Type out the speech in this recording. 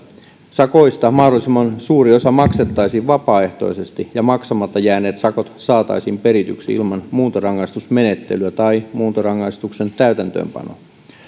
sakoista mahdollisimman suuri osa maksettaisiin vapaaehtoisesti ja maksamatta jääneet sakot saataisiin perityksi ilman muuntorangaistusmenettelyä tai muuntorangaistuksen täytäntöönpanoa